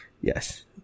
Yes